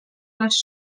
les